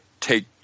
take